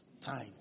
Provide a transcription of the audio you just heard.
Time